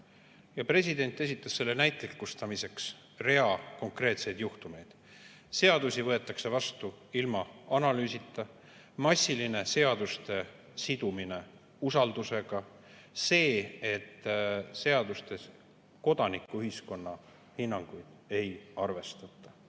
Ja president esitas selle näitlikustamiseks rea konkreetseid juhtumeid: seadusi võetakse vastu ilma analüüsita, massiliselt seotakse seadus[eelnõusid] usaldus[küsimusega], seadustes kodanikuühiskonna hinnanguid ei arvestata. Selle